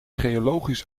geologisch